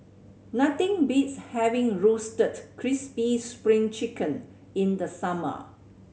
nothing beats having Roasted Crispy Spring Chicken in the summer